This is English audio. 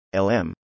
LM